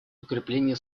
укрепление